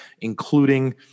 including